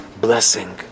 blessing